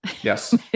Yes